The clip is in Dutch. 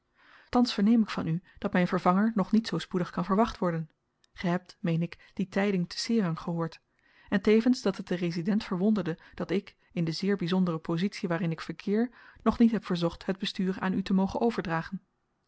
thans verneem ik van u dat myn vervanger nog niet zoo spoedig kan verwacht worden ge hebt meen ik die tyding te serang gehoord en tevens dat het den resident verwonderde dat ik in de zeer byzondere pozitie waarin ik verkeer nog niet heb verzocht het bestuur aan u te mogen overdragen